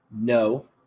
no